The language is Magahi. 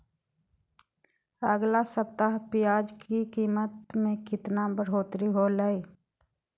अगला सप्ताह प्याज के कीमत में कितना बढ़ोतरी होलाय?